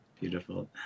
Beautiful